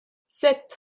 sept